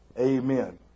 Amen